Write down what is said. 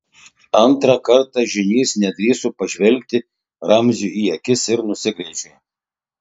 antrą kartą žynys nedrįso pažvelgti ramziui į akis ir nusigręžė